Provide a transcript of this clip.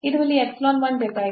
ಇದು ಇಲ್ಲಿ epsilon 1 delta x